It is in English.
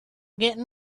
getting